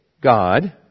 God